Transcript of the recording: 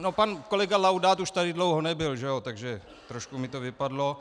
No, pan kolega Laudát už tady dlouho nebyl, takže trošku mi to vypadlo.